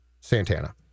Santana